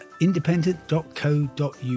independent.co.uk